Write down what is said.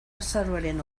azaroaren